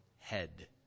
head